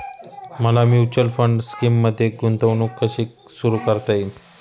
मला mutual fund स्कीममध्ये गुंतवणूक कशी सुरू करता येईल?